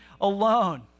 alone